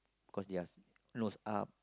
cause they are nose up